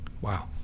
wow